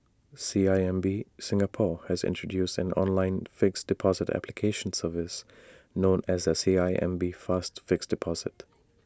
C I M B Singapore has introduced an online fixed deposit application service known as the C I M B fast fixed deposit